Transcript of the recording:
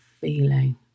feeling